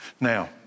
Now